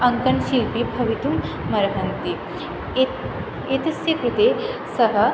अङ्कन्शिल्पिः भवितुमर्हन्ति ए एतस्य कृते सः